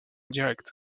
direct